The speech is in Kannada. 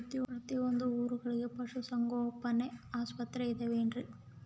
ಪ್ರತಿಯೊಂದು ಊರೊಳಗೆ ಪಶುಸಂಗೋಪನೆ ಆಸ್ಪತ್ರೆ ಅದವೇನ್ರಿ?